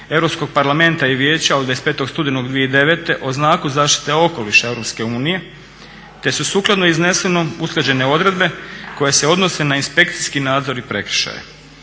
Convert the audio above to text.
Europskog parlamenta i Vijeća od 25.studenog 2009.o znaku zaštite okoliša EU, te su sukladno iznesenom usklađene odredbe koje se odnose na inspekcijski nadzor i prekršaje.